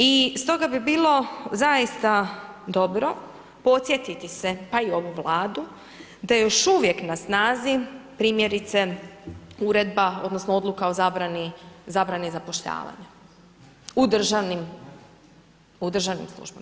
I stoga bi bilo zaista dobro podsjetiti se, pa i ovu Vladu, da je još uvijek na snazi, primjerice, Uredba odnosno Odluka o zabrani zapošljavanja u državnim službama.